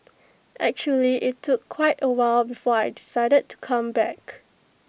actually IT took quite A while before I decided to come back